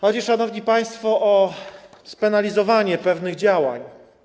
Chodzi, szanowni państwo, o spenalizowanie pewnych działań.